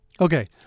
Okay